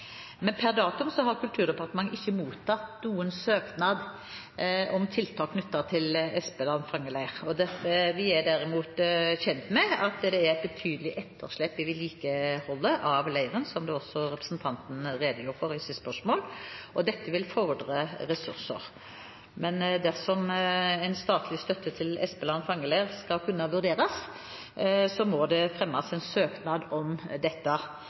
Per datum har Kulturdepartementet ikke mottatt noen søknad om tiltak knyttet til Espeland fangeleir. Vi er derimot kjent med at det er et betydelig etterslep i vedlikeholdet av leiren, som også representanten redegjorde for i sitt spørsmål. Dette vil fordre ressurser. Dersom statlig støtte til Espeland fangeleir skal kunne vurderes, må det fremmes en søknad om dette.